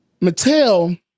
Mattel